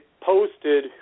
posted